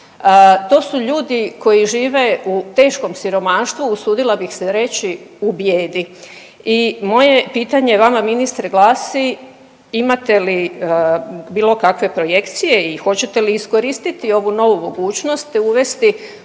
To su ljudi koji žive u teškom siromaštvu, usudila bih se reći u bijedi. I moje pitanje vama ministre glasi imate li bilo kakve projekcije i hoćete li iskoristiti ovu novu mogućnost, te uvesti